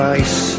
ice